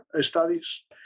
studies